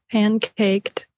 Pancaked